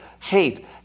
hate